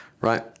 right